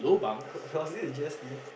was it a G_S_T